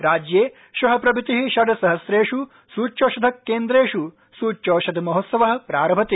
राज्ये श्वः प्रभृतिः षड् सहस्रेष् सूच्यौषधकेन्द्रेष् सूच्यौषध महोत्सवः प्रारभते